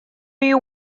you